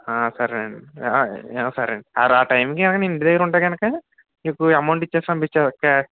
సరే అండి సరే అండి ఆ ర టైమ్కి నేను ఇంటిదగ్గర ఉంటే కనుక ఇప్పుడు అమౌంట్ ఇచ్చి పంపిచేస్తాను క్యా